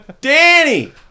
Danny